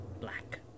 black